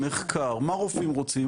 מחקר, מה רופאים רוצים?